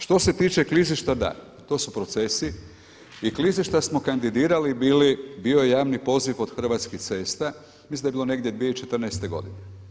Što se tiče klizišta, da, to su procesi i klizišta smo kandidirali bili, bio je javni poziv od Hrvatskih cesta, mislim da je bilo negdje 2014. godine.